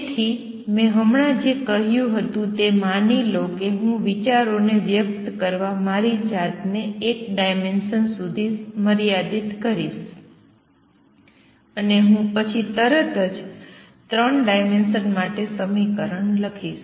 તેથી મેં હમણાં જે કહ્યું હતું તે માની લો કે હું વિચારોને વ્યક્ત કરવા માટે મારી જાતને એક ડાયમેંશન સુધી મર્યાદિત કરીશ અને હું પછી તરત જ 3 ડાયમેંશન્સ માટે સમીકરણ લખીશ